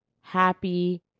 happy